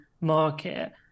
market